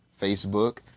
Facebook